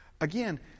Again